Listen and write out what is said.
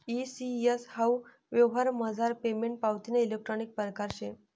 E CS हाऊ यवहारमझार payment पावतीना इलेक्ट्रानिक परकार शे